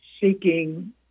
seeking